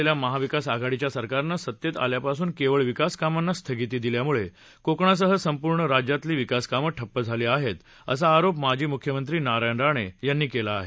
राज्यात स्थापन झालेलं महाविकास आघाडीच्या सरकारनं सत्तेत आल्यापासून केवळ विकासकामांना स्थगिती दिल्यामुळे कोकणासह संपूर्ण राज्यातली विकासकामं ठप्प झाली आहेत असा आरोप माजी मुख्यमंत्री नारायण राणे यांनी केला आहे